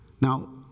Now